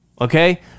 okay